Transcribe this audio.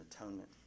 atonement